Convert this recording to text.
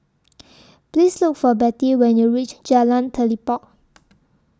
Please Look For Bettie when YOU REACH Jalan Telipok